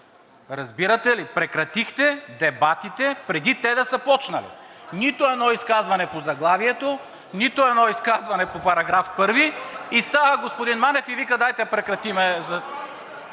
Разбирате ли, прекратихте дебатите, преди те да са почнали – нито едно изказване по заглавието, нито едно изказване по § 1 и става господин Манев и вика: „Дайте да прекратим.“